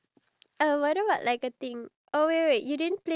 no we we we we had it together